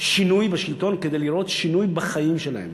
שינוי בשלטון כדי לראות שינוי ברמת החיים שלהם.